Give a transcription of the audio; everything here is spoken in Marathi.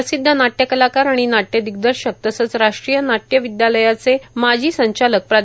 प्रसिध्द नाट्य कलाकार आणि नाट्य दिग्दर्शक तसंच राष्ट्रीय नाट्य विदयालयाचे माजी संचालक प्रा